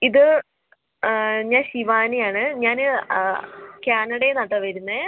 ഇത് ഞാൻ ശിവാനി ആണ് ഞാന് ക്യാനഡേന്നാട്ടോ വരുന്നത്